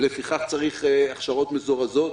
ולפיכך צריך הכשרות מזורזות.